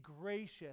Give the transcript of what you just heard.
gracious